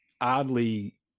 oddly